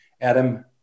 Adam